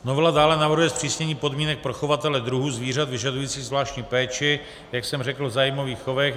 Novela dále navrhuje zpřísnění podmínek pro chovatele druhů zvířat vyžadujících zvláštní péči, jak jsem řekl, v zájmových chovech.